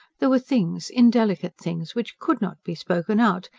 there were things, indelicate things, which could not be spoken out,